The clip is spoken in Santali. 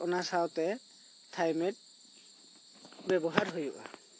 ᱟᱨ ᱚᱱᱟ ᱥᱟᱶᱛᱮ ᱛᱷᱟᱭᱢᱮᱴ ᱵᱮᱵᱚᱦᱟᱨ ᱦᱩᱭᱩᱜ ᱟ